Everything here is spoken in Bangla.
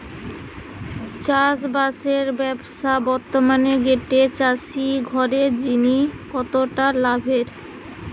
চাষবাসের ব্যাবসা বর্তমানে গটে চাষি ঘরের জিনে কতটা লাভের?